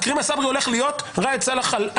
עכרמה סברי הולך להיות ראאד סלאח על